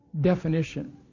definition